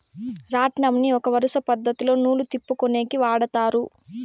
రాట్నంని ఒక వరుస పద్ధతిలో నూలు తిప్పుకొనేకి వాడతారు